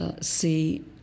see